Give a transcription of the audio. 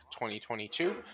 2022